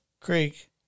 creek